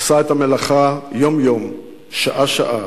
עשה את המלאכה יום-יום, שעה-שעה,